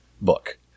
book